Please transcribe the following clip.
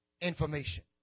information